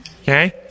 Okay